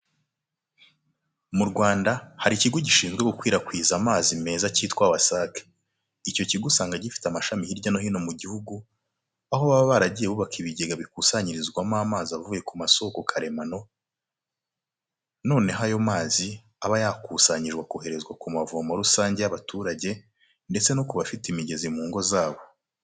Mu Rwanda, hari ikigo gishinzwe gukwirakwiza amazi meza kitwa "WASAC". Icyo kigo usanga gifite amashami hirya no hino mugihugu, aho baba baragiye bubaka ibigega bikusanyirizwamo amazi avuye kumasoko karemano, noneho ayo mazi aba yakusanyijwe akoherezwa kumavomo rusange y'abaturage ndetse nokubafite imigezi mungo zabo.